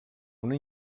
una